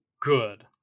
good